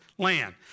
land